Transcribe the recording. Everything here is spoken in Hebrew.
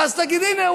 ואז תגיד: הינה,